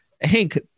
Hank